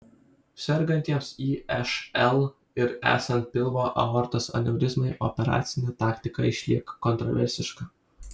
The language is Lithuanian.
sergantiems išl ir esant pilvo aortos aneurizmai operacinė taktika išlieka kontraversiška